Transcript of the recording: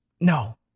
no